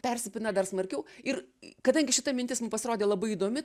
persipina dar smarkiau ir kadangi šita mintis mum pasirodė labai įdomi